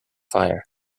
fire